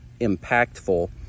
impactful